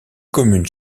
communes